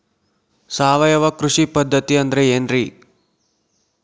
ಸಾವಯವ ಕೃಷಿ ಪದ್ಧತಿ ಅಂದ್ರೆ ಏನ್ರಿ?